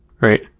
Right